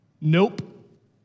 Nope